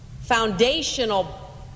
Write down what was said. foundational